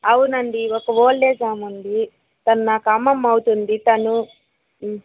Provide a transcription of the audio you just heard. అవునండి ఒక old age ఆమె ఉంది తను నాకు అమ్మమ్మ అవుతుంది తను